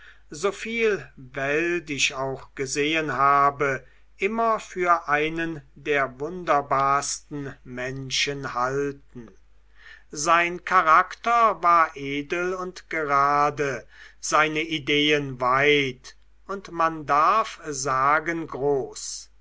so viel welt ich auch gesehen habe immer für einen der wunderbarsten menschen halten sein charakter war edel und gerade seine ideen weit und man darf sagen groß